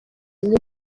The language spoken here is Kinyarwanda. bimwe